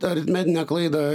aritmetinę klaidą